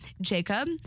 Jacob